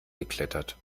geklettert